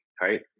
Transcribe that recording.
right